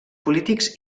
polítics